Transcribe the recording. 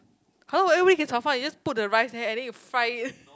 hello every week is our fault you just put the rice then I think you fry it